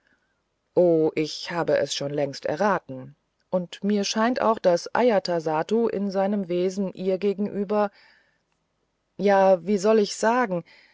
o ich habe es schon längst erraten und mir scheint auch daß ajatasattu in seinem wesen ihr gegenüber ja wie soll ich sagen